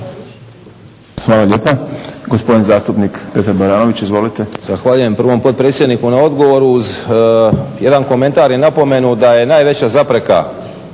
Hvala lijepa. Gospodin zastupnik Petar Baranović. Izvolite. **Baranović, Petar (HNS)** Zahvaljujem prvom potpredsjedniku na odgovoru uz jedan komentar i napomenu da je najveća zapreka